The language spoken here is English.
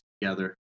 together